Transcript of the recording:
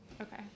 Okay